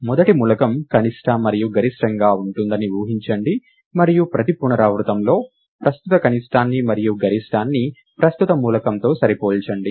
మొదటి మూలకం కనిష్ట మరియు గరిష్టంగా ఉంటుందని ఊహించండి మరియు ప్రతి పునరావృతంలో ప్రస్తుత కనిష్టాన్ని మరియు గరిష్టాన్ని ప్రస్తుత మూలకంతో సరిపోల్చండి